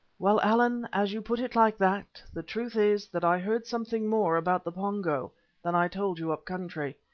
well, allan, as you put it like that, the truth is that i heard something more about the pongo than i told you up country.